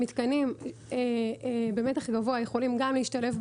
מתקנים במתח גבוה יכולים להשתלב גם